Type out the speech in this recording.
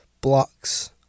blocks